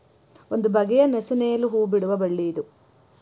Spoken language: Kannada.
ಒಂದು ಬಗೆಯ ನಸು ನೇಲು ಹೂ ಬಿಡುವ ಬಳ್ಳಿ ಇದು